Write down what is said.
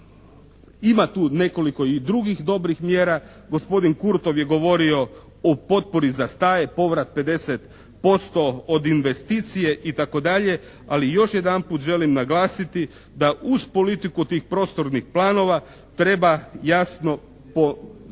ima tu nekoliko i drugih dobrih mjera. Gospodin Kurtov je govorio o potpori za staje, povrat 50% od investicije, itd. Ali još jedanput želim naglasiti da uz politiku tih prostornih planova treba jasno omogućiti